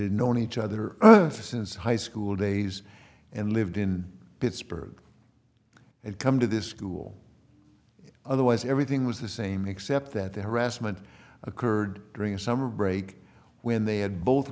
had known each other since high school days and lived in pittsburgh and come to this school otherwise everything was the same except that the harassment occurred during a summer break when they had both